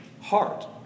heart